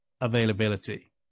Availability